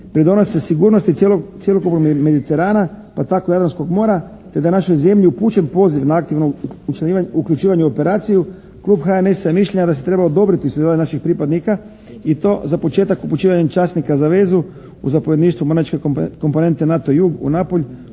pridonose sigurnosti cjelokupnog Mediterana pa tako i Jadranskog mora te da je našoj zemlji upućen poziv na aktivno uključivanje u operaciju, klub HNS-a je mišljenja da se treba odobriti sudjelovanje naših pripadnika i to za početak upućivanjem časnika za vezu u zapovjedništvu mornaričke kompanije NATO jug u Napulj